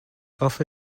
offer